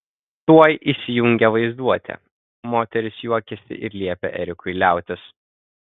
tuoj įsijungė vaizduotė moteris juokėsi ir liepė erikui liautis